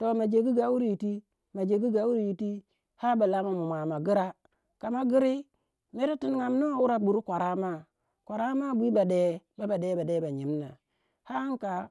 Toh ma jegu gauru yiti, ma jegu gauru yiti ar ba lan moh mua ma gira, kama giri mere ti ningamano wurei twi kwara ma, kwara ma bwi ba de ba nyimna hanka.